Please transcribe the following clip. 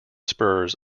spurs